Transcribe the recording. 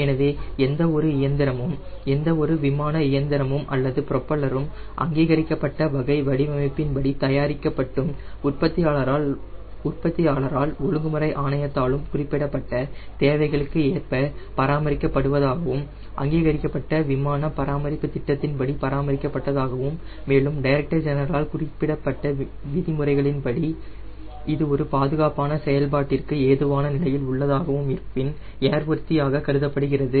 எனவே எந்தவொரு இயந்திரமும் எந்தவொரு விமான இயந்திரமும் அல்லது புரோப்பல்லரும்அங்கீகரிக்கப்பட்ட வகை வடிவமைப்பின் படி தயாரிக்கப்பட்டும் உற்பத்தியாளரால் ஒழுங்குமுறை ஆணையத்தாலும் குறிப்பிடப்பட்ட தேவைகளுக்கு ஏற்ப பராமரிக்கப்படுவதாகவும் அங்கீகரிக்கப்பட்ட விமான பராமரிப்பு திட்டத்தின் படி பராமரிக்க படுவதாகவும் மேலும் டைரக்டர் ஜெனரலால் குறிப்பிடப்பட்ட விதிமுறைகளின்படி இது ஒரு பாதுகாப்பான செயல்பாட்டிற்கு ஏதுவான நிலையில் உள்ளதாகவும் இருப்பின் ஏர்வொர்த்தி ஆக கருதப்படுகிறது